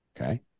Okay